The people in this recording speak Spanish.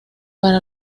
para